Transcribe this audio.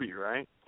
right